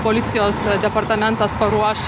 policijos departamentas paruoš